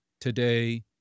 today